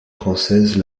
française